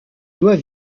doit